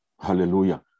hallelujah